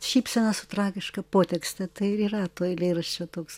šypsena su tragiška potekste tai ir yra to eilėraščio toks